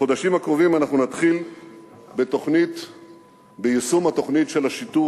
בחודשים הקרובים אנחנו נתחיל ביישום תוכנית השיטור